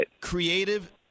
Creative